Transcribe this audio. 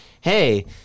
hey